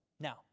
Now